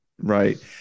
Right